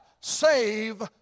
Save